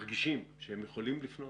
מרגישים שהם יכולים לפנות,